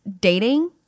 dating